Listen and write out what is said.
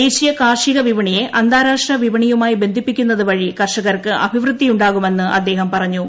ദേശീയ കാർഷിക വിപണിയെ അന്താരാഷ്ട്ര വിപണിയുമായി ബന്ധിപ്പിക്കുന്നത് വഴി കർഷകർക്ക് അഭിവൃദ്ധിയുണ്ടാകുമെന്ന് അദ്ദേഹം പറഞ്ഞു